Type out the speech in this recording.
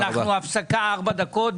הפסקה ארבע דקות.